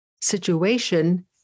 situation